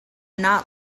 not